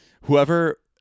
Whoever